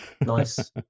nice